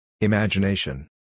Imagination